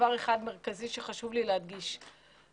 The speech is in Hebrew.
חשוב לי להדגיש דבר מרכזי אחד.